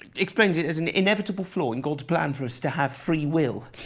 explains it as an inevitable flaw in god's plan for us to have free will.